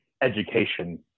education